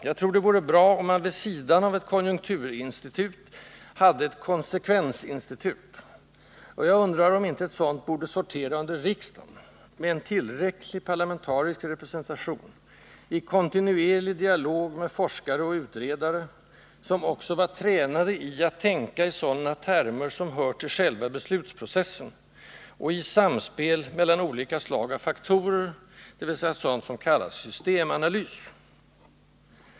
Jag tror det vore bra om man vid sidan av ett konjunkturinstitut hade ett konsekvensinstitut, och jag undrar om inte ett sådant borde sortera under riksdagen, med en tillräcklig parlamentarisk representation, i kontinuerlig dialog med forskare och utredare, som också var tränade i att tänka i sådana termer som hör till själva beslutsprocessen, och i samspelet mellan olika slag av faktorer, dvs. sådant som kallas systemanalys.